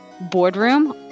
boardroom